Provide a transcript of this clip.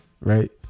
right